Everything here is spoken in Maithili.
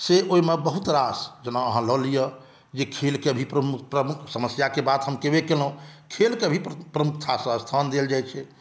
से ओहिमे बहुत रास जेना अहाँ लए लिअ जे खेलकेँ भी प्रमुख समस्याके बात हम केबे केलहुँ खेलकेँ भी प्रमुखता से स्थान देल जाइ छै